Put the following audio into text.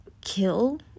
kill